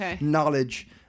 knowledge